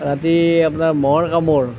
ৰাতি আপোনাৰ মহৰ কামোৰ